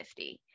50